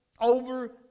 over